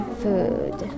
food